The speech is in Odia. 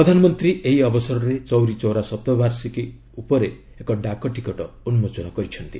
ପ୍ରଧାନମନ୍ତ୍ରୀ ଏହି ଅବସରରେ ଚୌରୀ ଚୌରା ଶତବାଷିକୀ ଉପରେ ଏକ ଡାକଟିକଟ ଉନ୍କୋଚନ କରିଛନ୍ତି